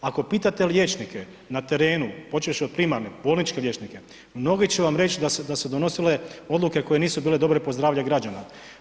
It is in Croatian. Ako pitate liječnike na terenu, počevši od primarne, bolničke liječnike, mnogi će vam reći da su se donosile odluke koje nisu bile dobre po zdravlje građana.